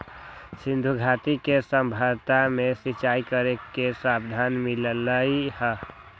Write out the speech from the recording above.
सिंधुघाटी के सभ्यता में सिंचाई करे के साधन मिललई ह